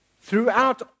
throughout